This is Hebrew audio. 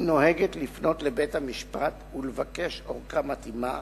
היא נוהגת לפנות לבית-המשפט ולבקש ארכה מתאימה,